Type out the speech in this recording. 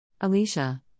Alicia